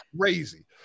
crazy